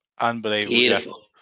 Unbelievable